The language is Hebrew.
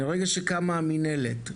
מרגע שקמה המנהלת,